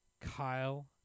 Kyle